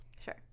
Sure